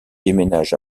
déménage